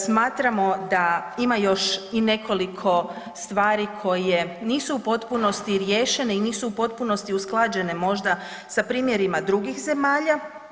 Smatramo da ima još i nekoliko stvari koje nisu u potpunosti riješene i nisu u potpunosti usklađene možda sa primjerima drugih zemalja.